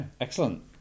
excellent